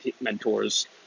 mentors